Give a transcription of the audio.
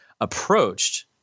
approached